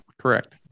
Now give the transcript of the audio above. correct